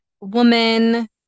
woman